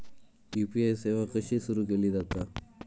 UPI सेवा कशी सुरू केली जाता?